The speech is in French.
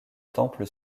temple